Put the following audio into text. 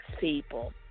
people